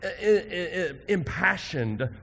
impassioned